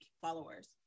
followers